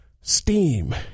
steam